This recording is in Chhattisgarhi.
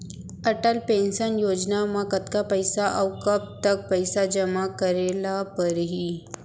अटल पेंशन योजना म कतका पइसा, अऊ कब तक पइसा जेमा करे ल परही?